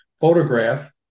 photograph